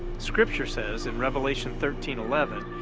scripture says in revelation thirteen eleven,